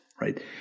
right